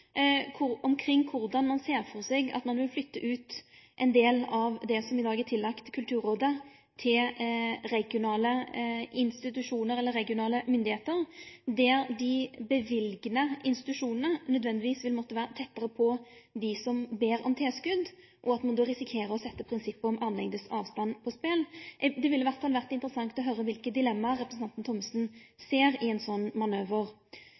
omkring korleis ein ser for seg at ein vil flytte ut ein del av det som i dag er tillagt Kulturrådet, til regionale institusjonar eller regionale myndigheiter, der dei løyvande institusjonane nødvendigvis vil måtte vere tettare på dei som ber om tilskot, og at ein då risikerer å setje prinsippet om armlengdes avstand på spel. Det ville i alle fall ha vore interessant å høyre kva dilemma representanten Thommessen ser ved ein slik manøver.